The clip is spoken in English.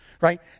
right